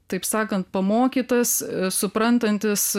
taip sakant pamokytas suprantantis